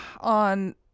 on